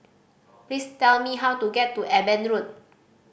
please tell me how to get to Eben Road